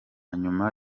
nyuma